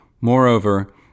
Moreover